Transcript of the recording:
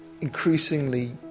increasingly